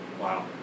Wow